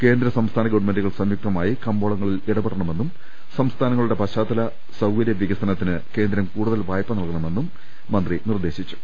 കേന്ദ്ര സംസ്ഥാന ഗവൺമെന്റുകൾ സംയുക്തമായി കമ്പോളങ്ങളിൽ ഇടപെടണമെന്നും സംസ്ഥാനങ്ങളുടെ പശ്ചാത്തല സൌകര്യ വികസനത്തിനായി കേന്ദ്രം കൂടുതൽ വായ്പ നൽകണമെന്നും മന്ത്രി നിർദേശിച്ചു